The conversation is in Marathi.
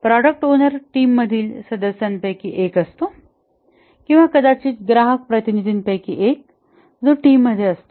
प्रॉडक्ट ओनर टीम मधील सदस्यांपैकी एक असतो किंवा कदाचित ग्राहक प्रतिनिधींपैकी एक जो टीम मध्ये असतो